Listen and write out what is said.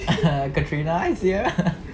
(uh huh) katrina's here